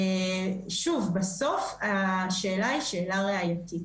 שוב, בסוף השאלה היא שאלה ראייתית.